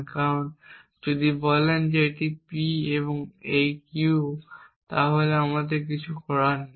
কারণ আপনি যদি বলেন এটি P এই Q তাহলে আমাদের কিছু করার নেই